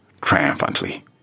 triumphantly